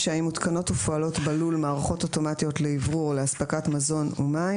אם מותקנות ופועלות בלול מערכות אוטומטיות לאוורור או לאספקת מזון ומים